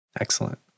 Excellent